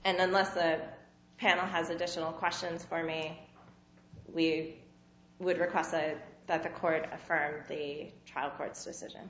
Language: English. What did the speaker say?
and unless the panel has additional questions for me we would request that that the court affirmed the trial court's decision